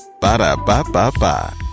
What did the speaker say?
Ba-da-ba-ba-ba